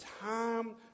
time